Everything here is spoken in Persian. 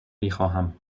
میخواهم